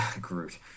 Groot